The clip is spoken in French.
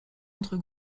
entre